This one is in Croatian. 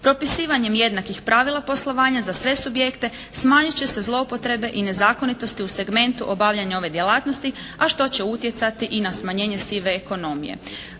Propisivanjem jednakih pravila poslovanja za sve subjekte smanjit će se zloupotrebe i nezakonitosti u segmentu obavljanja ove djelatnosti a što će utjecati i na smanjenje sive ekonomije.